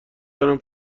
دارم